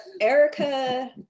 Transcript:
erica